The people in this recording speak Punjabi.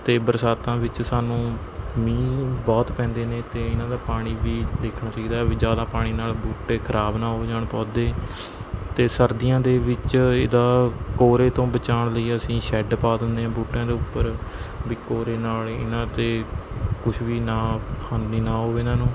ਅਤੇ ਬਰਸਾਤਾਂ ਵਿੱਚ ਸਾਨੂੰ ਮੀਂਹ ਬਹੁਤ ਪੈਂਦੇ ਨੇ ਅਤੇ ਇਹਨਾਂ ਦਾ ਪਾਣੀ ਵੀ ਦੇਖਣਾ ਚਾਹੀਦਾ ਹੈ ਵੀ ਜ਼ਿਆਦਾ ਪਾਣੀ ਨਾਲ ਬੂਟੇ ਖਰਾਬ ਨਾ ਹੋ ਜਾਣ ਪੌਦੇ ਅਤੇ ਸਰਦੀਆਂ ਦੇ ਵਿੱਚ ਇਹਦਾ ਕੋਰੇ ਤੋਂ ਬਚਾਉਣ ਲਈ ਅਸੀਂ ਸ਼ੈੱਡ ਪਾ ਦਿੰਦੇ ਹਾਂ ਬੂਟਿਆਂ ਦੇ ਉੱਪਰ ਵੀ ਕੋਰੇ ਨਾਲ ਇਹਨਾਂ 'ਤੇ ਕੁਛ ਵੀ ਨਾ ਹਾਨੀ ਨਾ ਹੋਵੇ ਇਹਨਾਂ ਨੂੰ